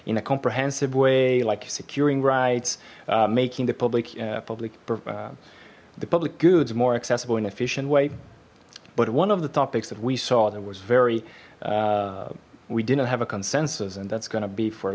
in a comprehensive way like securing rights making the public public the public goods more accessible in efficient way but one of the topics that we saw that was very we didn't have a consensus and that's gonna be for a